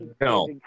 No